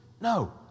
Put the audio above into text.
no